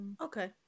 okay